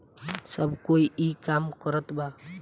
सब कोई ई काम करत बा